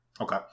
Okay